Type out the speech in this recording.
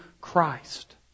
Christ